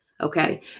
Okay